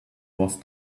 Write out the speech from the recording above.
was